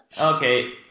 Okay